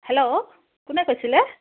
hello কোনে কৈছিলে